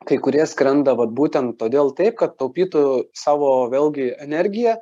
kai kurie skrenda vat būtent todėl taip kad taupytų savo vėlgi energiją